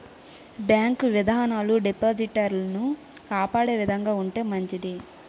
bank విధానాలు డిపాజిటర్లను కాపాడే విధంగా ఉంటే మంచిది